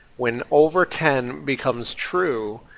when over ten becomes true,